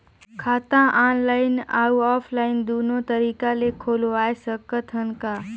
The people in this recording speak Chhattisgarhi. खाता ऑनलाइन अउ ऑफलाइन दुनो तरीका ले खोलवाय सकत हन का?